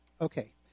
Okay